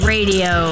Radio